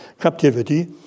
captivity